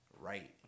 right